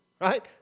right